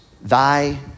thy